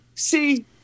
see